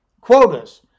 Quotas